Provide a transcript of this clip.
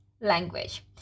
language